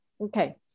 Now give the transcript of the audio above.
Okay